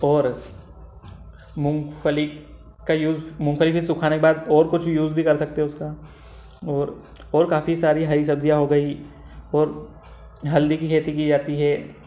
और मूंगफली का यूज मूंगफली भी सुखाने के बाद और कुछ यूज भी कर सकते हो उसका और और काफी सारी हरी सब्जियाँ हो गई और हल्दी की खेती की जाती है